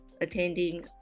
attending